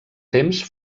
temps